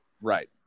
right